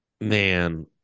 man